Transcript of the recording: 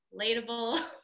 Latable